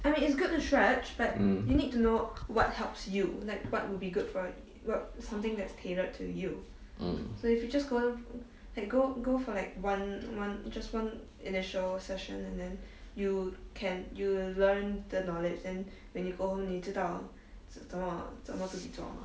mm mm